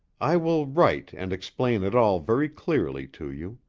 i will write and explain it all very clearly to you.